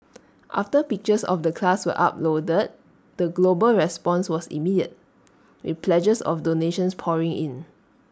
after pictures of the class were uploaded the global response was immediate with pledges of donations pouring in